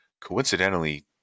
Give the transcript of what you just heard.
coincidentally